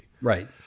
Right